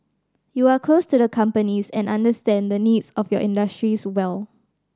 you are close to the companies and understand the needs of your industries well